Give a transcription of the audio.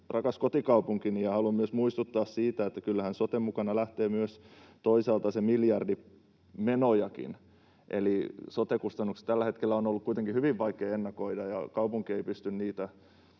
rakas kotikaupunkini, ja haluan myös muistuttaa siitä, että kyllähän soten mukana lähtee myös toisaalta se miljardi menojakin. Sote-kustannuksia tällä hetkellä on ollut kuitenkin hyvin vaikea ennakoida, ja kaupunki ei pysty niitä